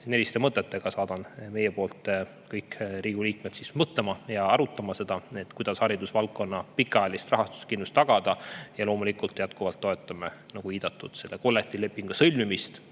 Selliste mõtetega saadan meie poolt kõik Riigikogu liikmed mõtlema ja arutama seda, kuidas haridusvaldkonna pikaajalist rahastamiskindlust tagada. Loomulikult, jätkuvalt toetame, nagu viidatud, kollektiivlepingu sõlmimist